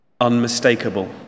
unmistakable